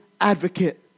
advocate